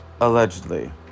Allegedly